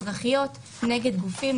אזרחיות נגד גופים,